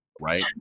right